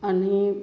आणि